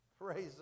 Praise